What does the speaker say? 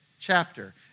chapter